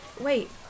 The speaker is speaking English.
Wait